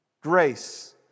grace